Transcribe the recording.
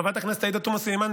חברת הכנסת עאידה תומא סלימאן,